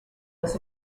was